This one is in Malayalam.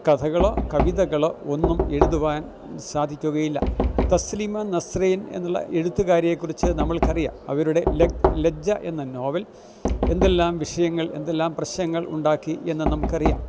കഥകളോ കവിതകളോ ഒന്നും എഴുതുവാൻ സാധിക്കുകയില്ല തസ്ലീമ നസ്രീൻ എന്നുള്ള എഴുത്തുകാരിയെക്കുറിച്ച് നമുക്കറിയാം അവരുടെ ലജ്ജ എന്ന നോവൽ എന്തെല്ലാം വിഷയങ്ങൾ എന്തെല്ലാം പ്രശ്നങ്ങളുണ്ടാക്കിയെന്ന് നമുക്കറിയാം